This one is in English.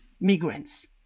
migrants